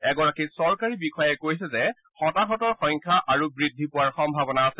এগৰাকী চৰকাৰী বিষয়াই কৈছে যে হতাহতৰ সংখ্যা আৰু বৃদ্ধি পোৱাৰ সম্ভৱনা আছে